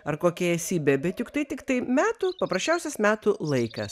ar kokią esybę bet juk tai tiktai metų paprasčiausias metų laikas